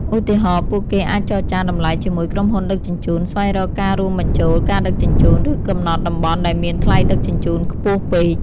ឧទាហរណ៍ ពួកគេអាចចរចាតម្លៃជាមួយក្រុមហ៊ុនដឹកជញ្ជូន ស្វែងរកការរួមបញ្ចូលការដឹកជញ្ជូន ឬកំណត់តំបន់ដែលមានថ្លៃដឹកជញ្ជូនខ្ពស់ពេក។